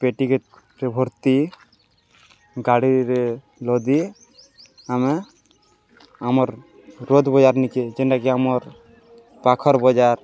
ପେଟି କେ ଭର୍ତ୍ତି ଗାଡ଼ିରେ ଲଦି ଆମେ ଆମର୍ ରୋଜ୍ ବଜାର୍ ନିକେ ଯେନ୍ଟାକି ଆମର୍ ପାଖର୍ ବଜାର୍